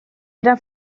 era